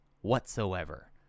whatsoever